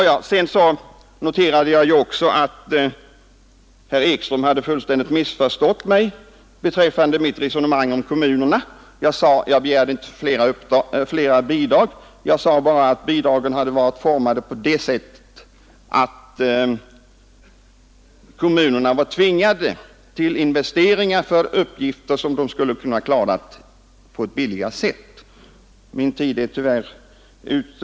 Jag noterade också att herr Ekström fullständigt hade missförstått mig beträffande mitt resonemang om kommunerna. Jag begärde inte fler bidrag; jag sade bara att bidragen hade varit utformade på det sättet att kommunerna var tvingade till investeringar för uppgifter som de skulle ha kunnat klara på ett billigare sätt. Min repliktid är tyvärr nästan ute.